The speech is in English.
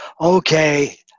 okay